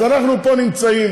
אז אנחנו פה נמצאים,